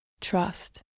Trust